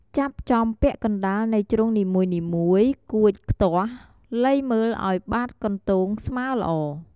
ចាប់ចំពាក់កណ្ដាលនៃជ្រុងនីមួយៗ កួច ខ្ទាស់ លៃមើលឲ្យបាតកន្ទោងស្មើល្អ។